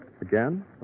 Again